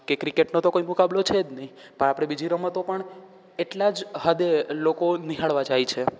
કે ક્રિકેટનો તો કોઈ મુકાબલો છે જ નહીં પણ આપણે બીજી રમતો પણ એટલા જ હદે લોકો નિહાળવા જાય છે